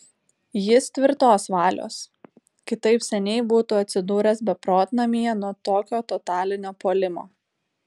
jis tvirtos valios kitaip seniai būtų atsidūręs beprotnamyje nuo tokio totalinio puolimo